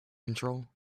control